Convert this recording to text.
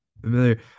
familiar